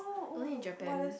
only in Japan